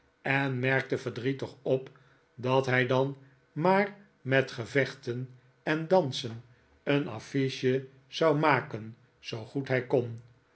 en merkte verdrietig op dat hij dan maar met gevechten en dansen een affiche zou opmaken zoo goed hij kon